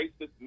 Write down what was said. racist